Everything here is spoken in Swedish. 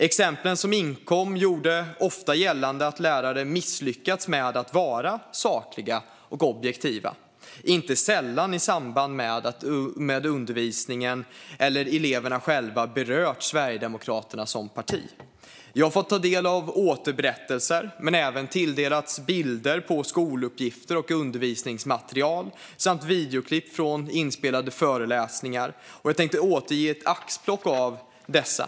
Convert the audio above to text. Exemplen som inkom gjorde ofta gällande att lärare misslyckats med att vara sakliga och objektiva, inte sällan i samband med att undervisningen eller eleverna berört Sverigedemokraterna som parti. Jag har fått ta del av beskrivningar av och även bilder på skoluppgifter och undervisningsmaterial samt videoklipp från inspelade föreläsningar, och jag tänkte återge ett axplock av dessa.